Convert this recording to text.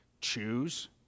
Choose